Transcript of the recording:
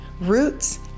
roots